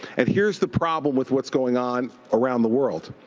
and here's the problem with what's going on around the world.